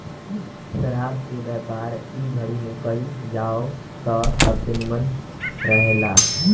शराब के व्यापार इ घड़ी में कईल जाव त सबसे निमन रहेला